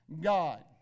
God